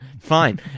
fine